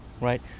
right